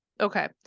okay